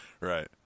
Right